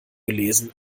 gelesen